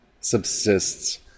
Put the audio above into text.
subsists